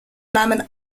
namen